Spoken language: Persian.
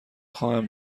خواهم